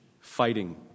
fighting